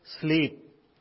sleep